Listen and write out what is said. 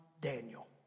Daniel